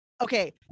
okay